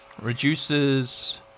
Reduces